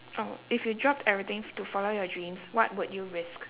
oh if you dropped everything to follow your dreams what would you risk